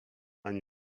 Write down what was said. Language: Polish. ani